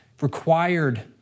required